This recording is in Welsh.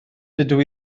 dydw